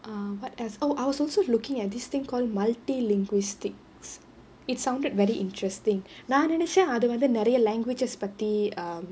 err what else oh I was also looking at this thing call multilinguistics it sounded very interesting நான் நினைச்சேன் அது வந்து நிறைய:naan ninaichchaen athu vanthu niraiya language பத்தி:pathi um